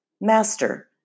Master